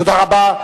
תודה רבה.